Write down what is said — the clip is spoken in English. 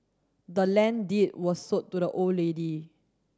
the land deed was sold to the old lady